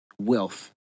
wealth